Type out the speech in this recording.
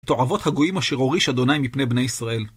תואבות הגויים אשר הוריש אדוניי מפני בני ישראל